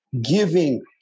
giving